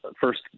first